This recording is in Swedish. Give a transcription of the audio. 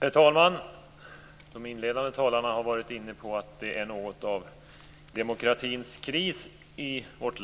Herr talman! De inledande talarna har varit inne på att vi i vårt land har något av demokratins kris, och